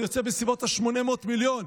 זה יוצא בסביבות 800 מיליון.